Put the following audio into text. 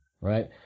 right